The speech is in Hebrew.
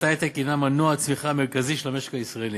ההיי-טק הנה מנוע הצמיחה המרכזי של המשק הישראלי,